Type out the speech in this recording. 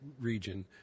region